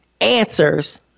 answers